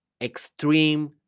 extreme